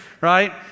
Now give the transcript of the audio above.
right